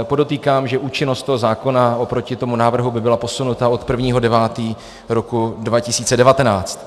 Podotýkám, že účinnost toho zákona oproti tomu návrhu by byla posunuta od 1. 9. roku 2019.